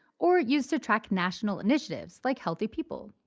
or used to track national initiatives, like healthy people.